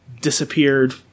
disappeared